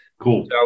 Cool